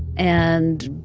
and